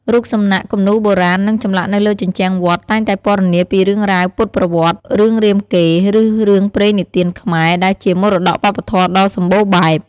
រូបសំណាក់ គំនូរបុរាណ និងចម្លាក់នៅលើជញ្ជាំងវត្តតែងតែពណ៌នាពីរឿងរ៉ាវពុទ្ធប្រវត្តិ រឿងរាមកេរ្តិ៍ ឬរឿងព្រេងនិទានខ្មែរ ដែលជាមរតកវប្បធម៌ដ៏សម្បូរបែប។